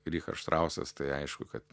richas štrausas tai aišku kad